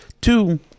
Two